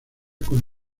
con